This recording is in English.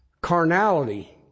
carnality